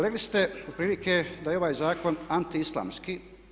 Rekli ste otprilike da je ovaj zakon anti islamski.